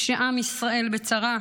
כשעם ישראל בצרה,